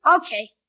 Okay